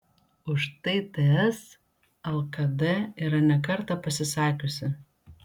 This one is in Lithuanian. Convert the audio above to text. už tai ts lkd yra ne kartą pasisakiusi